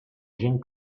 gent